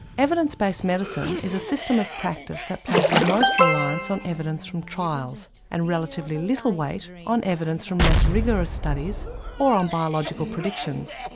evidence based medicine is a system of practice that places most reliance on evidence from trials and relatively little weight on evidence from less rigorous studies or on biological predictions.